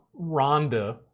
Rhonda